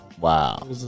Wow